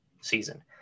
season